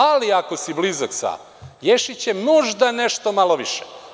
Ali, ako si blizak sa Ješićem, možda nešto malo više.